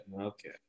okay